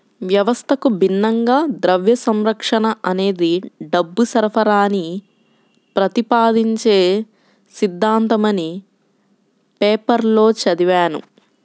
వ్యవస్థకు భిన్నంగా ద్రవ్య సంస్కరణ అనేది డబ్బు సరఫరాని ప్రతిపాదించే సిద్ధాంతమని పేపర్లో చదివాను